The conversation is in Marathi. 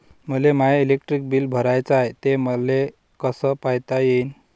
मले माय इलेक्ट्रिक बिल भराचं हाय, ते मले कस पायता येईन?